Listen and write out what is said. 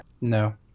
No